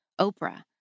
Oprah